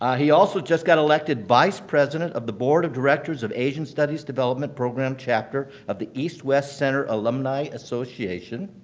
ah he also just got elected vice president of the board of directors of asian studies development program chapter of the east west center alumni association.